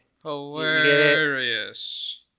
hilarious